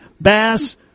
bass